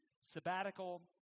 sabbatical